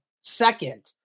second